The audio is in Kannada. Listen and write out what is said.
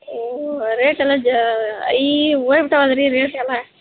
ಓ ರೇಟ್ ಎಲ್ಲ ಜಾ ಈ ಓಯ್ ಬಿಟ್ಟಾವಲ್ಲ ರೀ ರೇಟ್ ಎಲ್ಲ